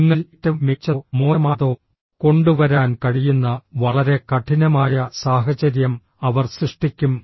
നിങ്ങളിൽ ഏറ്റവും മികച്ചതോ മോശമായതോ കൊണ്ടുവരാൻ കഴിയുന്ന വളരെ കഠിനമായ സാഹചര്യം അവർ സൃഷ്ടിക്കും